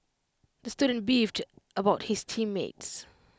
the student beefed about his team mates